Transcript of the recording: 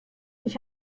ich